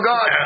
God